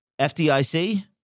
FDIC